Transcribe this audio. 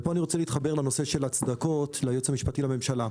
ופה אני רוצה להתחבר לנושא של הצדקות ליועץ המשפטי לוועדה.